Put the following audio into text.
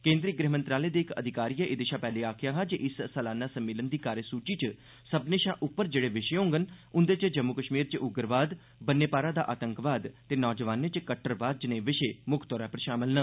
केन्द्री गृह मंत्रालय दे इक अधिकारियै एहदे शा पैहले आखेआ हा जे इस सालाना सम्मेलन दी कार्यसुची च सब्भनें शा उप्पर जेहड़े विशे होङन उंदे च जम्मू कश्मीर च उग्रवाद बन्ने पारा दा आतंकवाद ते नौजवानें च कट्टरवाद ज्नेह विशे मुक्ख तौर पर शामल न